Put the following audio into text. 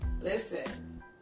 Listen